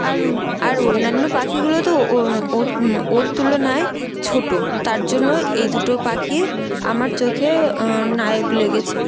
আর আর অন্যান্য পাখিগুলো তো ও ওর ওর তুলনায় ছোটো তার জন্য এই দুটো পাখি আমার চোখে নায়ক লেগেছে